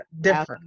different